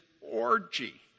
orgy